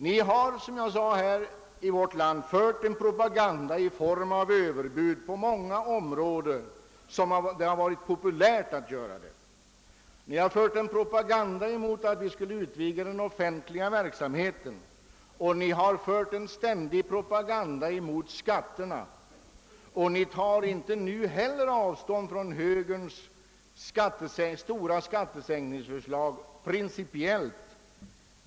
Ni har, som jag sade, fört en propaganda i form av överbud på många områden, när detta varit populärt. Ni har fört en propaganda mot att vi skulle utvidga den offentliga verksamheten, ni har fört en ständig propaganda mot skatterna och ni tar inte heller nu principiellt avstånd från högerns stora skattesänkningsförslag.